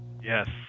Yes